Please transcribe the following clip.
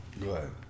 good